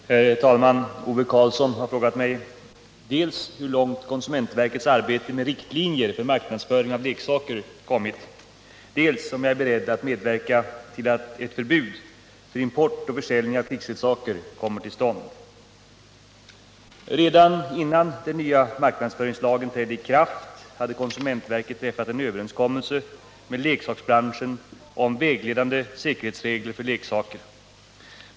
Herr talman! Ove Karlsson har frågat mig dels hur långt konsumentverkets arbete med riktlinjer för marknadsföring av leksaker kommit, dels om jag är beredd att medverka till att ett förbud mot import och försäljning av krigsleksaker kommer till stånd. Redan innan den nya marknadsföringslagen trädde i kraft hade konsumentverket träffat en överenskommelse med leksaksbranschen om vägledande säkerhetsregler för leksaker.